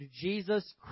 Jesus